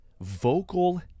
vocal